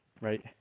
right